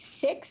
six